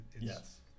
Yes